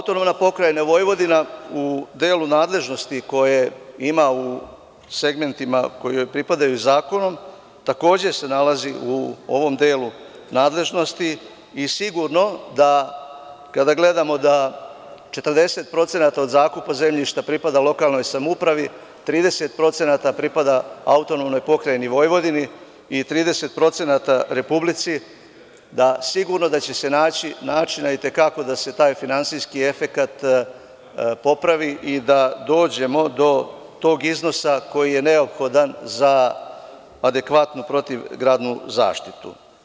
Isto tako, AP Vojvodina u delu nadležnosti koje ima u segmentima koji joj pripadaju zakonom takođe se nalazi u ovom delu nadležnosti i sigurno da kada gledamo da 40% od zakupa zemljišta pripada lokalnoj samoupravi, 30% pripada AP Vojvodini i 30% Republici, sigurno da će se naći načina i te kako da se taj finansijski efekat popravi i da dođemo do tog iznosa koji je neophodan za adekvatnu protivgradnu zaštitu.